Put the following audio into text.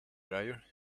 dryer